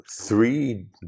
three